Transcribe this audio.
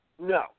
no